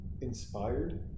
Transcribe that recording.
inspired